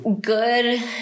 good